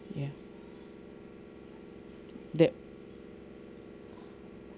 ya that